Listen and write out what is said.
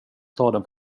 staden